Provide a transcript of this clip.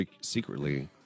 secretly